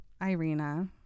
Irina